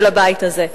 חברי הבית הזה.